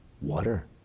Water